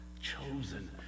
chosen